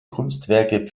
kunstwerke